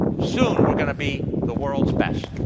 soon, we're going to be the world's best.